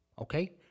okay